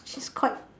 she's quite